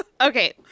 Okay